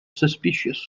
suspicious